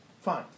fine